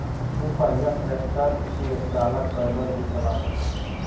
दू पहिया ट्रेक्टर के चालक पैदल भी चला सक हई